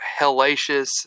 hellacious